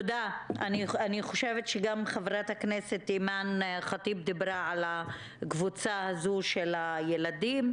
גם חברת הכנסת אימאן ח'טיב דיברה על הקבוצה הזו של הילדים,